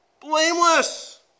Blameless